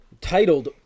titled